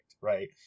Right